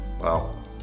Wow